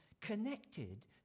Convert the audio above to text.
connected